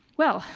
well,